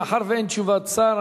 מאחר שאין תשובת שר,